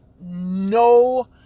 no